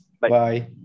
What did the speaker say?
Bye